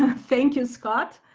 thank you, scott,